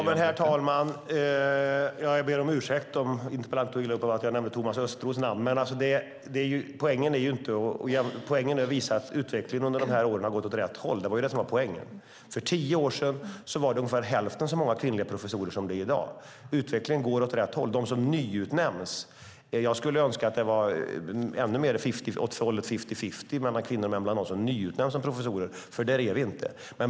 Herr talman! Jag ber om ursäkt om interpellanten tog illa upp för att jag nämnde Thomas Östros. Poängen var att visa att utvecklingen har gått åt rätt håll under de här åren. För tio år sedan var det ungefär hälften så många kvinnliga professorer som i dag. Utvecklingen går åt rätt håll. Jag skulle önska att det vore ännu mer fifty-fifty mellan kvinnor och män bland de professorer som nyutnämns, men där är vi inte.